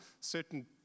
certain